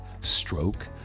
stroke